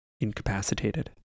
Incapacitated